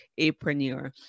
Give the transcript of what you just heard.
apreneur